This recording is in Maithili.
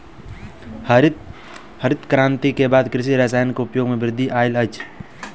हरित क्रांति के बाद कृषि रसायन के उपयोग मे वृद्धि आयल अछि